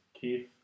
Keith